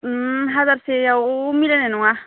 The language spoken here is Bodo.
हाजारसेआव मिलायनाय नङा